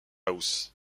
house